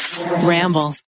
ramble